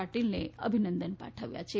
પાટીલને અભિનંદન પાઠવ્યા હતા